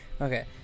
Okay